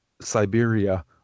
Siberia